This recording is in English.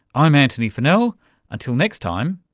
i'm antony funnell, until next time,